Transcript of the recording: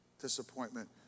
Disappointment